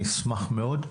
אני אשמח מאוד,